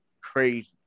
crazy